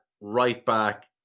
right-back